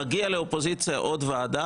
שלאופוזיציה מגיעה עוד ועדה,